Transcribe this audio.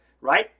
right